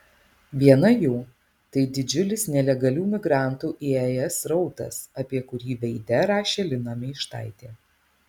viena jų tai didžiulis nelegalių migrantų į es srautas apie kurį veide rašė lina meištaitė